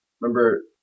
remember